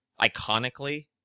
iconically